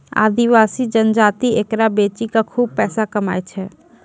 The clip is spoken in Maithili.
आदिवासी जनजाति एकरा बेची कॅ खूब पैसा कमाय छै